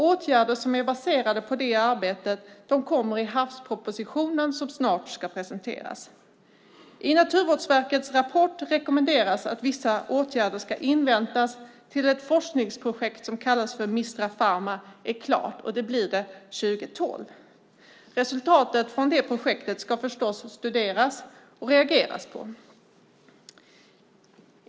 Åtgärder som är baserade på det arbetet kommer i havspropositionen, som snart ska presenteras. I Naturvårdsverkets rapport rekommenderas att vissa åtgärder ska vänta tills ett forskningsprojekt som kallas Mistrapharma är klart. Det blir det år 2012. Resultatet från det projektet ska förstås studeras och reageras på.